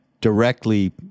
directly